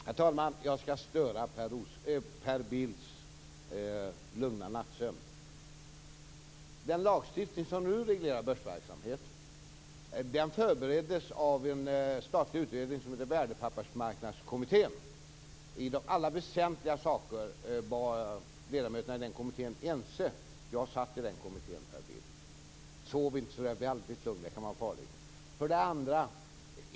Herr talman! Jag skall störa Per Bills lugna nattsömn. Den lagstiftning som nu reglerar börsverksamheten förbereddes av en statlig utredning som hette Värdepappersmarknadskommittén. Ledamöterna i den kommittén var ense i alla väsentliga saker. Jag satt i den kommittén, Per Bill. Sov inte så där väldigt lugnt - det kan vara farligt!